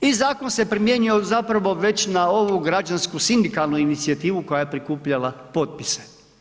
I zakon se primjenjuje zapravo već na ovu građansku sindikalnu inicijativu koja je prikupljala potpise.